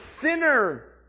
sinner